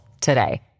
today